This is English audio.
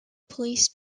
police